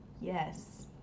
Yes